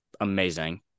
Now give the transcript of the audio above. amazing